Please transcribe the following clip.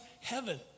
Heaven